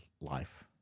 life